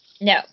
No